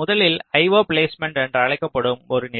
முதலில் IO placement என்று அழைக்கப்படும் ஒரு நிலை